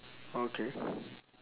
okay